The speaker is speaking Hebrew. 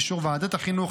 באישור ועדת החינוך,